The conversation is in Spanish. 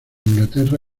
inglaterra